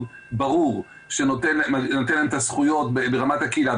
ברור שנותן להם את הזכויות ברמת הקהילה.